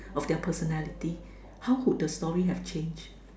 of their personality how would the story have changed